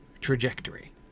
trajectory